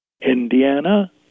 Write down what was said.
Indiana